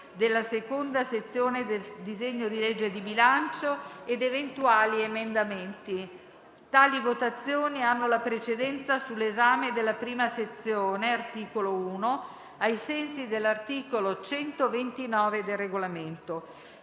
della seconda sezione del disegno di legge di bilancio (e di eventuali emendamenti). Tali votazioni hanno la precedenza sull'esame della prima sezione (articolo 1), ai sensi dell'articolo 129 del Regolamento.